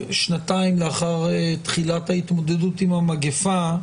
שנתיים לאחר תחילת ההתמודדות עם המגיפה,